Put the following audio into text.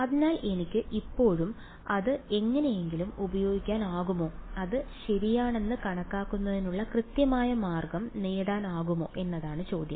അതിനാൽ എനിക്ക് ഇപ്പോഴും അത് എങ്ങനെയെങ്കിലും ഉപയോഗിക്കാനാകുമോ അത് ശരിയാണെന്ന് കണക്കാക്കുന്നതിനുള്ള കൃത്യമായ മാർഗ്ഗം നേടാനാകുമോ എന്നതാണ് ചോദ്യം